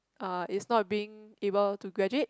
uh is not being able to graduate